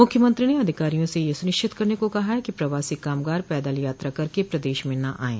मुख्यमंत्री ने अधिकारियों से यह सुनिश्चित करने को कहा है कि प्रवासी कामगार पैदल यात्रा करके प्रदेश में न आये